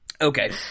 okay